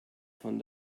von